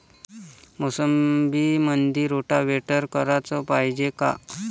मोसंबीमंदी रोटावेटर कराच पायजे का?